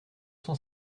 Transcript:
cent